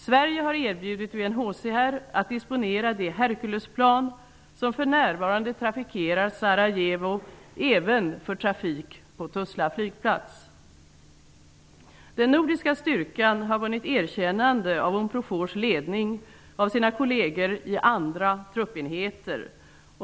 Sverige har erbjudit UNHCR att disponera det Herculesplan som för närvarande trafikerar Den nordiska styrkan har vunnit erkännande av Unprofors ledning och av sina kolleger i andra truppenheter.